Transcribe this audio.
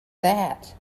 that